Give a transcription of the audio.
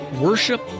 worship